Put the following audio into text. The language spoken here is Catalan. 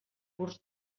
curs